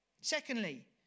Secondly